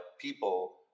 people